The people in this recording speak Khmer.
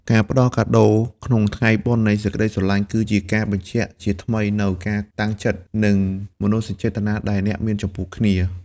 ការផ្ដល់កាដូក្នុងថ្ងៃបុណ្យនៃសេចក្ដីស្រឡាញ់ គឺជាការបញ្ជាក់ជាថ្មីនូវការតាំងចិត្ត និងមនោសញ្ចេតនាដែលអ្នកមានចំពោះគ្នា។